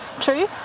True